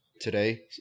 Today